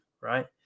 right